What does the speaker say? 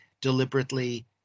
deliberately